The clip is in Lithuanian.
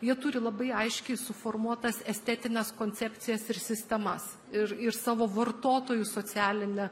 jie turi labai aiškiai suformuotas estetines koncepcijas ir sistemas ir ir savo vartotojų socialinę